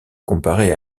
comparer